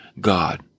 God